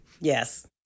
Yes